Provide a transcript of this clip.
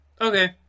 Okay